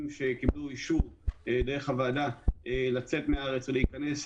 שקיבלו אישור דרך הוועדה לצאת מהארץ ולהיכנס,